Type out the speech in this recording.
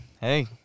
hey